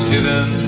Hidden